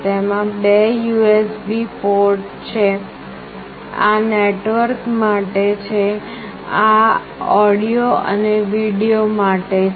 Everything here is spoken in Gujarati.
તેમાં બે USB પોર્ટ છે આ નેટવર્ક માટે છે આ ઓડિઓ અને વિડિઓ માટે છે